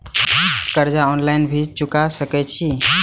कर्जा ऑनलाइन भी चुका सके छी?